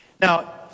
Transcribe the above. Now